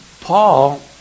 Paul